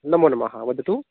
नमो नमः वदतु